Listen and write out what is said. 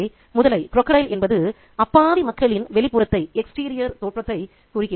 எனவே முதலை என்பது அப்பாவி மக்களின் வெளிப்புறத்தை தோற்றத்தை குறிக்கிறது